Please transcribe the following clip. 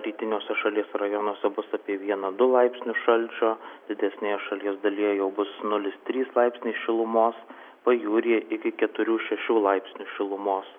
rytiniuose šalies rajonuose bus apie vieną du laipsnius šalčio didesnėje šalies dalyje jau bus nulis trys laipsniai šilumos pajūryje iki keturių šešių laipsnių šilumos